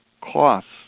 costs